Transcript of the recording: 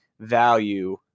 value